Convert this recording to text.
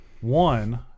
One